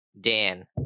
Dan